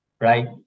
Right